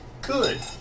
good